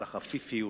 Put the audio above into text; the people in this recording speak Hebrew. על החפיפיות,